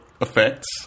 effects